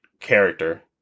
character